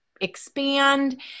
expand